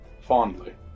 fondly